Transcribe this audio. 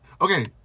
okay